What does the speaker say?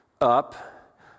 Up